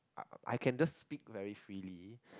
I uh I can just speak very freely